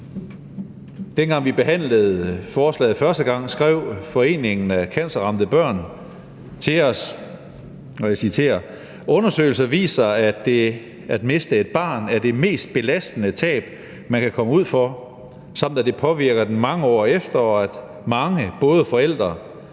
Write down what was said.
Dengang vi behandlede forslaget første gang, skrev Foreningen Cancerramte Børn til os: »... undersøgelser viser, at det at miste et barn er det mest belastende tab man kan komme ud for samt at det påvirker dem mange år efter og at mange – både forældre